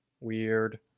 Weird